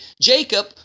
Jacob